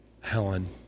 Helen